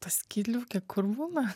ta skydliaukė kur būna